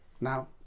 Now